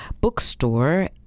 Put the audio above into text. Bookstore